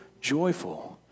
joyful